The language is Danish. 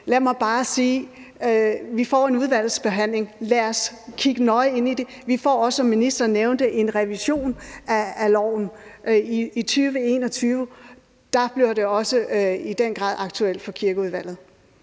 ind i det, når vi får en udvalgsbehandling. Vi får også, som ministeren nævnte, en revision af loven i 2021. Der bliver det også i den grad aktuelt for Kirkeudvalget.